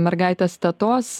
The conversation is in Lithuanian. mergaitės tetos